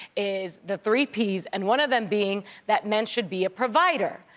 is the three p's. and one of them being that men should be a provider.